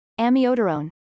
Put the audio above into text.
amiodarone